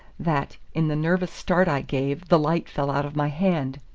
that, in the nervous start i gave, the light fell out of my hand.